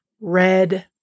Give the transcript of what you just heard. red